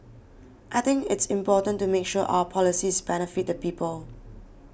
I think it's important to make sure our policies benefit the people